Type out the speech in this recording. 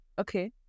okay